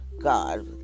God